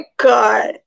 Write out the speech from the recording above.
God